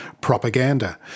propaganda